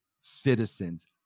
citizens